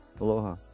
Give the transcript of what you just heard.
Aloha